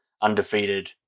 undefeated